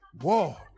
Whoa